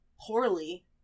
poorly